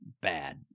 bad